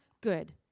good